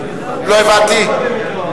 לא הבנתי.